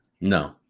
No